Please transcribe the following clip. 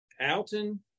Alton